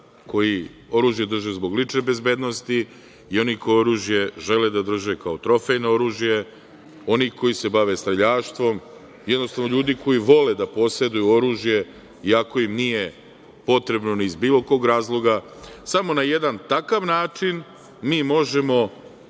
koji oružje drže zbog lične bezbednosti i oni koje oružje žele da drže kao trofejno oružje, oni koji se bave streljaštvom, jednostavno ljudi koji vole da poseduju oružje iako im nije potrebno ni iz bilo kog razloga. Samo na jedan takav način mi možemo